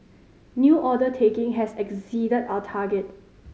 new order taking has exceeded our target